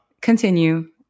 continue